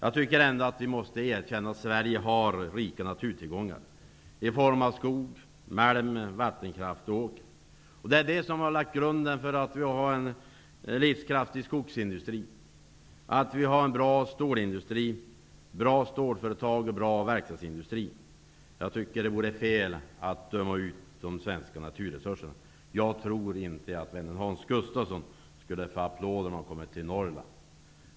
Vi måste ändå erkänna att Sverige har rika naturtillgångar i form av skog, malm och vattenkraft. Dessa naturtillgångar har lagt grunden till att vi har en livskraftig skogsindustri, en bra stålindustri, bra stålföretag och bra verkstadsindustri. Det vore fel att döma ut de svenska naturresurserna. Jag tror inte att Hans Gustafsson skulle mötas av applåder om han kom till Norrland.